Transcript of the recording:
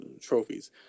trophies